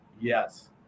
Yes